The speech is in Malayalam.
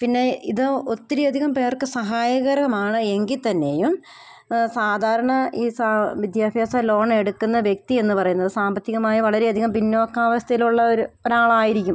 പിന്നെ ഇത് ഒത്തിരി അധികം പേർക്ക് സഹായകരമാണ് എങ്കിൽ തന്നെയും സാധാരണ ഈ വിദ്യാഭ്യാസ ലോണെടുക്കുന്ന വ്യക്തി എന്ന് പറയുന്നത് സാമ്പത്തികമായ വളരെ അധികം പിന്നോക്ക അവസ്ഥയിലുള്ള ഒരു ഒരാൾ ആയിരിക്കും